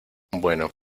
bueno